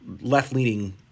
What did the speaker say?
left-leaning